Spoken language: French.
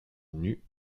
nus